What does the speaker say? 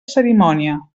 cerimònia